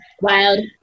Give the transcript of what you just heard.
wild